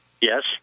Yes